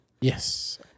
Yes